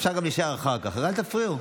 אפשר גם להישאר אחר כך, רק אל תפריעו.